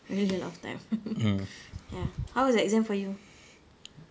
really a lot of time ya how was the exam for you